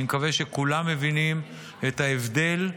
אני מקווה שכולם מבינים את ההבדל,